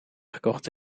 gekocht